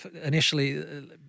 initially